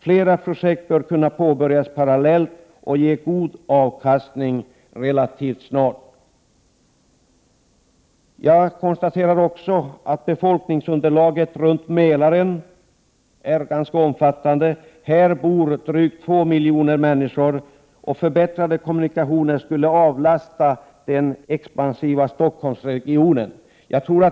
Flera projekt bör kunna påbörjas parallellt och ge god avkastning relativt snart. Befolkningsunderlaget runt Mälaren är ganska stort — här bor drygt 2 miljoner människor — och förbättrade kommunikationer skulle avlasta den expansiva Stockholmsregionen.